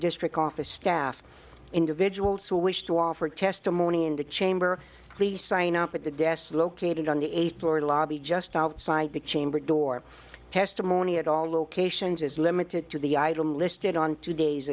district office staff individuals who wish to offer testimony in the chamber please sign up at the desk located on the eighth floor lobby just outside the chamber door testimony at all locations is limited to the item listed on today